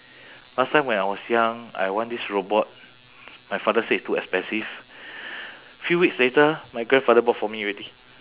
last time when I was young I want this robot my father say too expensive three weeks later my grandfather bought for me already